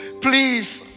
please